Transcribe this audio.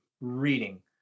reading